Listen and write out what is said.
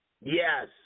Yes